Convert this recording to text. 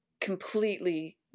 completely